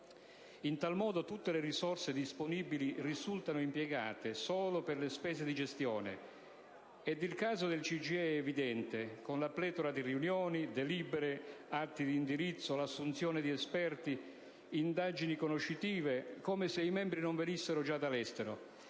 In tal modo tutte le risorse disponibili risultano impiegate solo per le spese di gestione - ed il caso del CGIE è evidente - con la pletora di riunioni, delibere, atti di indirizzo, assunzione di esperti, indagini conoscitive, come se i membri non venissero già dall'estero.